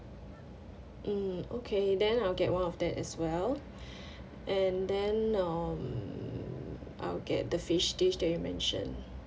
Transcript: mm okay then I'll get one of that as well and then um I'll get the fish dish that you mentioned